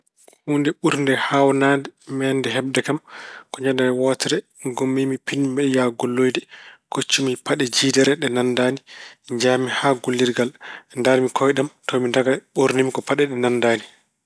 Huunde ɓurde haawnaade meeɗde heɓde kam ko ñande wootere ngummiimi, pinmi, mbeɗe yaha golloyde. Koccumi paɗe jiidere ɗe nanndaani. Njahmi haa gollirgal. Ndaarmi kooyɗe am tawmi ndaka ɓoornimi ko paɗe ɗe nanndaani.